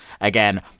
Again